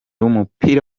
w’umupira